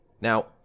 Now